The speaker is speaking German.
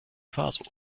faso